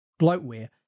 bloatware